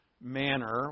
manner